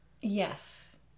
Yes